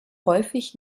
häufig